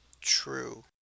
True